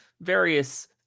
various